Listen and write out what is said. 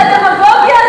לא, זה הדמגוגיה הזאת.